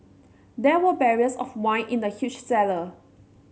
there were barrels of wine in the huge cellar